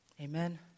Amen